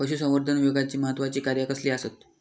पशुसंवर्धन विभागाची महत्त्वाची कार्या कसली आसत?